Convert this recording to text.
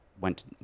went